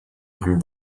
broke